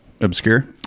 obscure